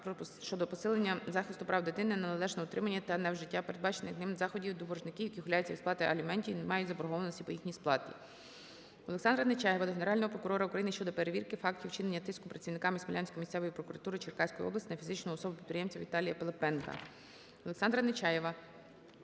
щодо посилення захисту права дитини на належне утримання та невжиття передбачених ним заходів до боржників, які ухиляються від сплати аліментів і мають заборгованість по їх сплаті. Олександра Нечаєва до Генерального прокурора України щодо перевірки фактів чинення тиску працівниками Смілянської місцевої прокуратури Черкаської області на фізичну особу-підприємця ВіталіяПилипенка. Олександра Нечаєва